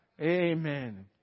Amen